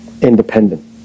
independent